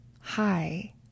Hi